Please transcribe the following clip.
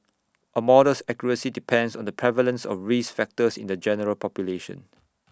A model's accuracy depends on the prevalence of risk factors in the general population